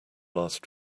last